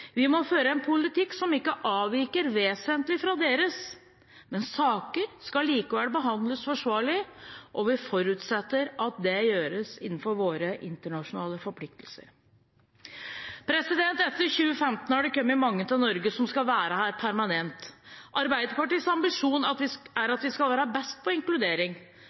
Vi må føre en politikk som ikke avviker vesentlig fra deres, men saker skal likevel behandles forsvarlig. Vi forutsetter at det gjøres innenfor våre internasjonale forpliktelser. Etter 2015 har det kommet mange til Norge som skal være her permanent. Arbeiderpartiets ambisjon er at vi skal være best på inkludering.